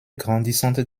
grandissante